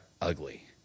ugly